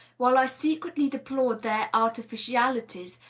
while i secretly deplored their artificialities,